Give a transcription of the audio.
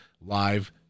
live